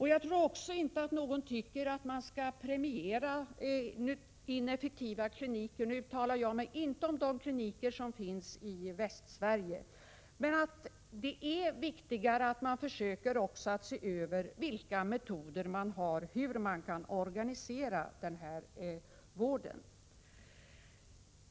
Vidare tror jag inte att det finns någon som tycker att man skall premiera ineffektiva kliniker — jag avser då inte de kliniker som finns i Västsverige. Det är viktigare att man försöker göra en översyn och ta reda på vilka metoder som finns och hur man kan organisera vården.